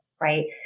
right